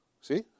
See